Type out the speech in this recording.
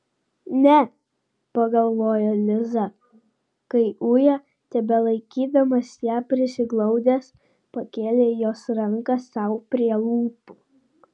ne pagalvojo liza kai uja tebelaikydamas ją prisiglaudęs pakėlė jos ranką sau prie lūpų